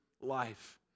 life